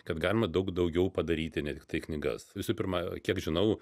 kad galima daug daugiau padaryti ne tiktai knygas visų pirma kiek žinau